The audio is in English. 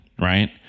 right